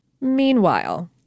Meanwhile